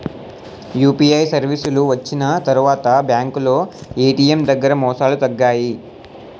UPI సర్వీసులు వచ్చిన తర్వాత బ్యాంకులో ఏటీఎం దగ్గర మోసాలు తగ్గాయి